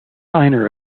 signer